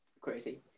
crazy